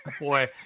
Boy